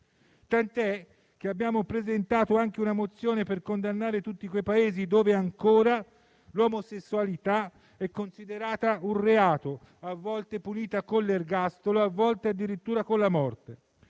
tant'è vero che abbiamo presentato anche una mozione per condannare tutti quei Paesi dove ancora l'omosessualità è considerata un reato, a volte punita con l'ergastolo e a volte addirittura con la morte.